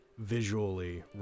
Visually